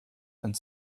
and